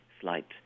slight